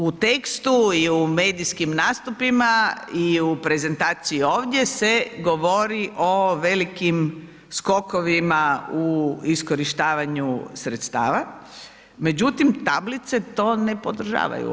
U tekstu i u medijskim natpisima i u prezentaciji ovdje se govori o velikim skokovima u iskorištavanju sredstava međutim tablice to ne podržavaju.